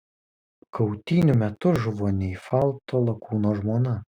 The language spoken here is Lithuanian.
kautynių metu žuvo neifalto lakūno žmona